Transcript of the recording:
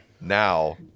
Now